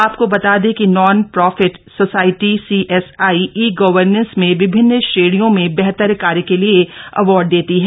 आपको बता दें कि non profit society CSI e governance में विभिन्न श्रेणियों में बेहतर कार्य के लिए अवार्ड देती है